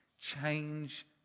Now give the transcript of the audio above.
change